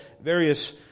various